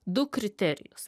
du kriterijus